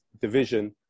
division